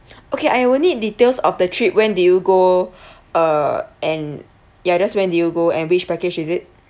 okay I will need details of the trip when do you go uh and ya just when do you go and which package is it